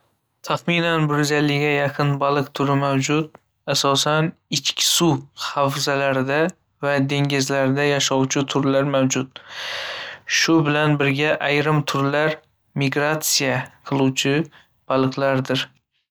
Taxminan bir yuz ellikga yaqin baliq turi mavjud, asosan ichki suv havzalari va dengizlarda yashovchi turlar mavjud. Shu bilan birga, ayrim turlar migratsiya qiluvchi baliqlardir.